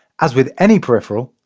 as with any peripheral,